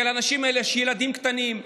כי לאנשים האלה יש ילדים קטנים,